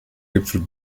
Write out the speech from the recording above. gipfel